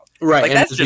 Right